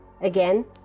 again